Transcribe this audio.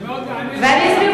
מאוד מעניין, סליחה,